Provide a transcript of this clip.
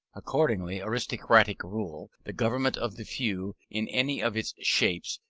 accordingly aristocratic rule, the government of the few in any of its shapes,